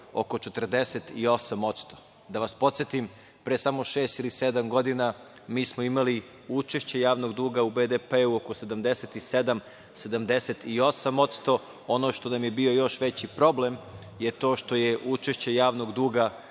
oko 48%. Da vas podsetim, pre samo šest ili sedam godina mi smo imali učešće javnog duga u BDP-u oko 77-78%. Ono što nam je bio još veći problem je to što je učešće javnog duga